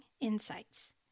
insights